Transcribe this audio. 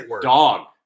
dog